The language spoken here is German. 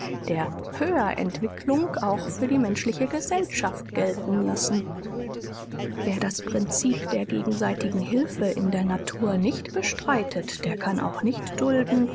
der höherentwicklung auch für die menschliche gesellschaft gelten lassen wer das prinzip der gegenseitigen hilfe in der natur nicht bestreitet der kann auch nicht dulden